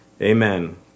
amen